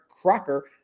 Crocker